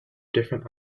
different